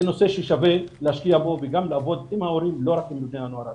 זה נושא ששווה להשקיע בו וגם לעבוד עם ההורים ולא רק עם בני הנוער עצמם.